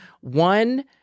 One